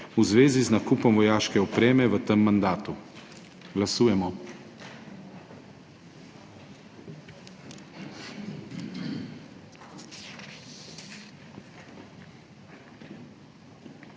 v zvezi z nakupom vojaške opreme v tem mandatu. Glasujemo.